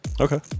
Okay